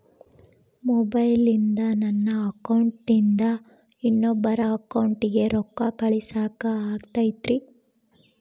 ಮೊಬೈಲಿಂದ ನನ್ನ ಅಕೌಂಟಿಂದ ಇನ್ನೊಬ್ಬರ ಅಕೌಂಟಿಗೆ ರೊಕ್ಕ ಕಳಸಾಕ ಆಗ್ತೈತ್ರಿ?